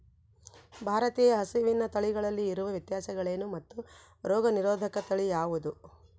ಭಾರತೇಯ ಹಸುವಿನ ತಳಿಗಳಲ್ಲಿ ಇರುವ ವ್ಯತ್ಯಾಸಗಳೇನು ಮತ್ತು ರೋಗನಿರೋಧಕ ತಳಿ ಯಾವುದು?